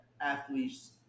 athletes